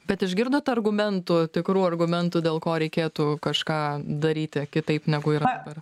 bet išgirdot argumentų tikrų argumentų dėl ko reikėtų kažką daryti kitaip negu yra per